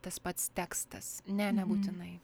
tas pats tekstas ne nebūtinai